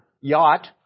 yacht